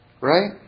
Right